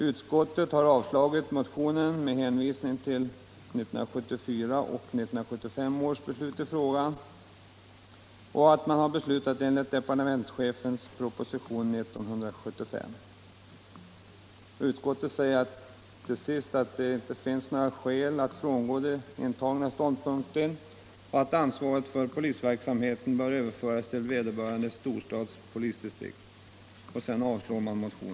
Utskottet har avstyrkt motionen genom att hänvisa till 1974 och 1975 års beslut i frågan; förra året fattade riksdagen beslut i enlighet med departementschefens uttalande i propositionen 1975:1. Utskottet uttalar att det inte finns skäl att frångå den då intagna ståndpunkten och att ansvaret för polisverksamheten bör överföras till vederbörande storstads 37 Herr talman!